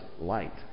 light